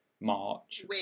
March